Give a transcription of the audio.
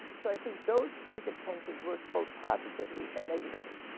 so, i think those kind of tensions work both positively and negatively.